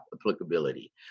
applicability